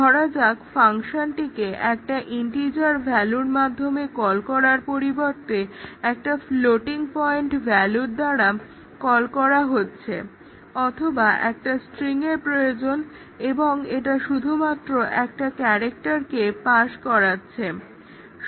ধরা যাক ফাংশনটিকে একটা ইন্টিজার ভ্যালুর মাধ্যমে কল করার পরিবর্তে একটা ফ্লোটিং পয়েন্ট ভ্যালুর দ্বারা কল করা হচ্ছে অথবা একটা স্ট্রিংয়ের প্রয়োজন এবং এটা শুধুমাত্র একটা ক্যারেক্টারকে পাস করাচ্ছে ইত্যাদি